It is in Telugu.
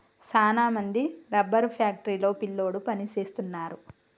సాన మంది రబ్బరు ఫ్యాక్టరీ లో పిల్లోడు పని సేస్తున్నారు